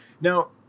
Now